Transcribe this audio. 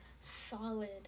solid